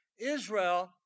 Israel